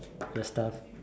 your stuff